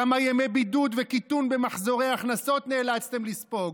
כמה ימי בידוד וקיטון במחזורי הכנסות נאלצתם לספוג,